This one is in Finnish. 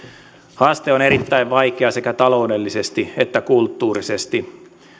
haaste on erittäin vaikea sekä taloudellisesti että kulttuurisesti